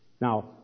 Now